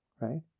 right